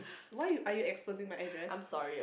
why you are you exposing my address